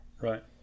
Right